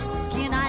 skin